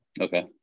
Okay